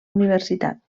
universitat